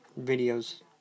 videos